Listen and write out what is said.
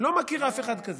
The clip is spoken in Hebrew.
אני לא מכיר אף אחד כזה.